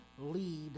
lead